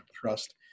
trust